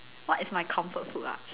what is my comfort food ah